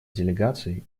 делегации